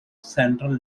central